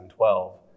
2012